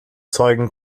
zeugen